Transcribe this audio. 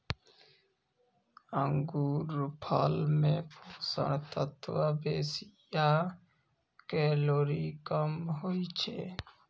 अंगूरफल मे पोषक तत्व बेसी आ कैलोरी कम होइ छै